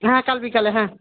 হ্যাঁ কাল বিকালে হ্যাঁ